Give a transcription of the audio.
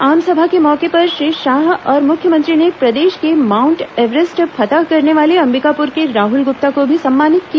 आमसभा के मौके पर श्री शाह और मुख्यमंत्री ने प्रदेश के माउंट एवरेस्ट फतह करने वाले अभ्बिकापुर के राहल गुप्ता को भी सम्मानित किया